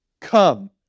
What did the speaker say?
come